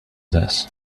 this